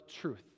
truth